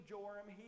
Joram